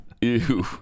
Ew